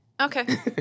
Okay